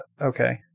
okay